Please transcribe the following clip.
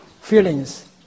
feelings